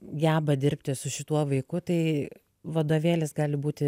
geba dirbti su šituo vaiku tai vadovėlis gali būti